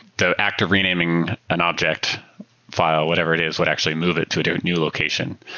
the act of renaming an object file, whatever it is, would actually move it to a different new location.